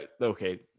okay